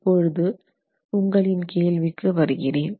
இப்பொழுது உங்களின் கேள்விக்கு வருகிறேன்